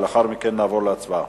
לאחר מכן נעבור להצבעה.